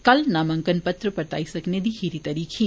कल नामांकन पत्र परतरई सकने दी खीरी तरीक ही